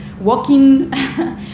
walking